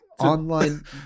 Online